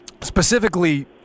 Specifically